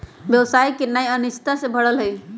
व्यवसाय करनाइ अनिश्चितता से भरल हइ